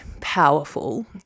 powerful